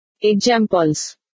Examples